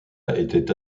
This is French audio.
était